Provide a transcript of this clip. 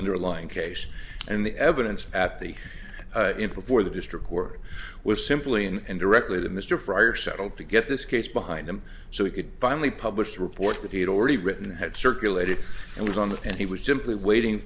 underlying case and the evidence at the input for the district court was simply and directly to mr fryer settled to get this case behind him so he could finally published reports that he had already written had circulated and was on that and he was jim plea waiting